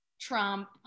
trump